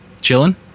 Chilling